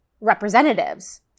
representatives